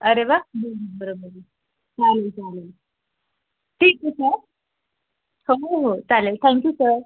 अरे वा बरोबर बरोबर आहे चालेल चालेल ठीक आहे सर समू हे चालेल थॅन्क यू सर